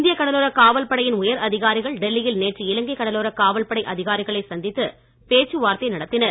இந்திய கடலோர காவல் படையின் உயர் அதிகாரிகள் டெல்லியில் நேற்று இலங்கை கடலோர காவல்படை அதிகாரிகளை சந்தித்து பேச்சுவார்த்தை நடத்தினர்